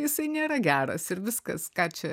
jisai nėra geras ir viskas ką čia